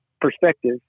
perspective